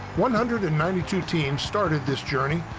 one hundred and ninety two teams started this journey.